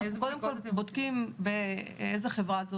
בודקים איזו חברה היא,